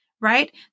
right